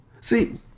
See